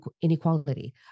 inequality